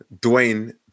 Dwayne